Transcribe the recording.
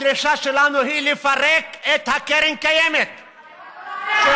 הדרישה שלנו היא לפרק את הקרן קיימת, בחלום הלילה.